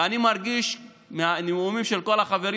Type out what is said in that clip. ואני מרגיש מהנאומים של כל החברים